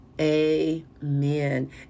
amen